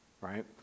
right